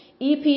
EP